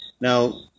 Now